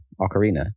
Ocarina